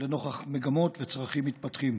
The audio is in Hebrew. לנוכח מגמות וצרכים מתפתחים.